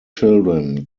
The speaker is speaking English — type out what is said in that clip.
children